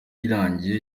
irangiye